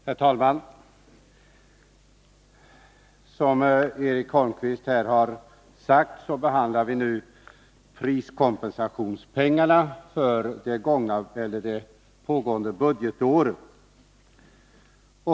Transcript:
Herr talman! Som Eric Holmqvist här har sagt behandlar vi nu priskompensationspengarna för det pågående budgetåret.